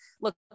look